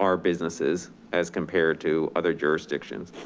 our businesses compared to other jurisdictions.